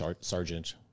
Sergeant